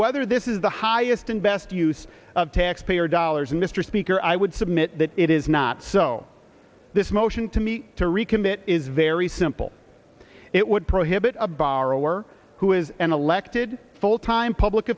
whether this is the highest and best use of taxpayer dollars mr speaker i would submit that it is not so this motion to me to recommit is very simple it would prohibit a borrower who is an elected full time public